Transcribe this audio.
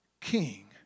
king